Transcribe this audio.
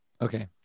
okay